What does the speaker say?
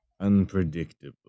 Unpredictable